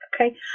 okay